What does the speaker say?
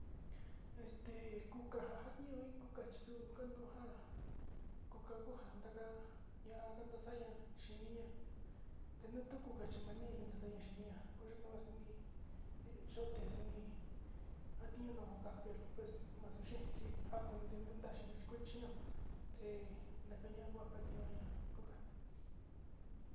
Este kuka njan kandio iin kuka chi xuu kanuja kuka kuu njanda njá ña'a xandaya chín nia tinuu chuu kuka chi mani njanaxaí ñaxhinia oyono uxani, he yuu texuni atio nuu kuka pero pues maxuxhexi ha koni tinde tun ndanuu kue china he ndkaña ndañoña kuka.